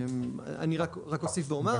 אני רק אוסיף ואומר,